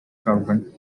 carbon